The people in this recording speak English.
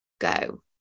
go